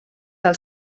del